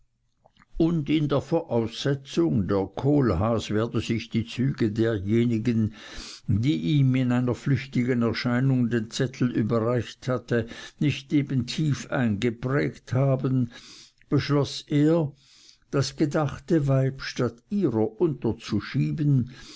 und in der voraussetzung der kohlhaas werde sich die züge derjenigen die ihm in einer flüchtigen erscheinung den zettel überreicht hatte nicht eben tief eingeprägt haben beschloß er das gedachte weib statt ihrer unterzuschieben